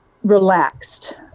Relaxed